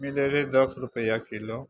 मिलै रहै दस रुपैआ किलो